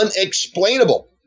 unexplainable